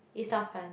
it's not fun